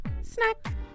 snack